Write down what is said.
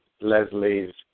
Leslie's